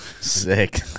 Sick